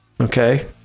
Okay